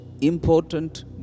important